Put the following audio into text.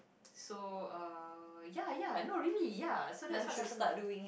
so uh ya ya not really ya so that's what happened lah